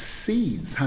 seeds